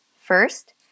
First